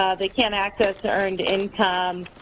they can't access earned income